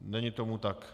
Není tomu tak.